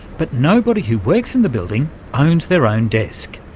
but nobody who works in the building owns their own desk,